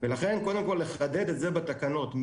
ולכן קודם כל לחדד את זה בתקנות.